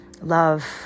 love